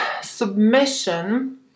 submission